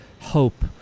hope